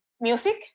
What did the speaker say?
music